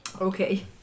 Okay